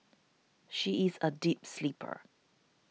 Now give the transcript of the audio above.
she is a deep sleeper